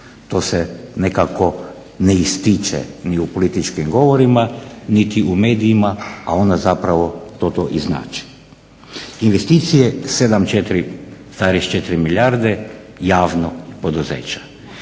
To se nekako ne ističe ni u političkim govorima, niti u medijima, a ona zapravo to i znači. Investicije 7,4 milijarde javnog poduzeća.